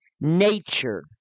nature